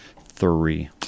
three